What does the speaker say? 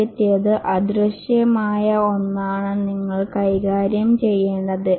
ആദ്യത്തേത് അദൃശ്യമായ ഒന്നാണ് നിങ്ങൾ കൈകാര്യം ചെയ്യേണ്ടത്